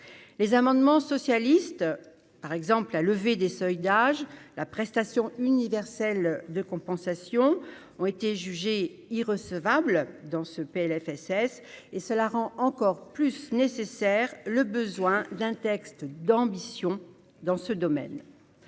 les amendements socialistes, par exemple, la levée des seuils d'âge, la prestation universelle de compensation ont été jugées irrecevables dans ce PLFSS et cela rend encore plus nécessaire le besoin d'un texte d'ambition dans ce domaine